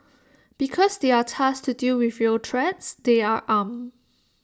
because they are tasked to deal with real threats they are armed